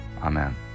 Amen